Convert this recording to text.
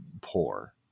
poor